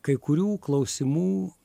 kai kurių klausimų